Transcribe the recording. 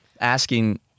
asking